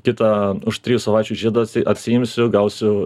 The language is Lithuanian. kitą už trijų savaičių žiedą atsi atsiimsiu gausiu